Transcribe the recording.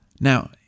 Now